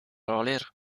roller